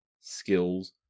skills